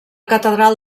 catedral